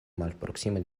malproksime